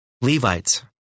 Levites